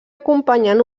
acompanyant